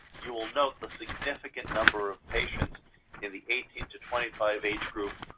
you will note the significant number of patients in the eighteen to twenty five age group,